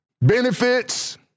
benefits